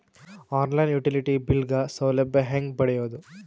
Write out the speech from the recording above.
On line utility bill ಗ ಸೌಲಭ್ಯ ಹೇಂಗ ಪಡೆಯೋದು?